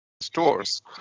stores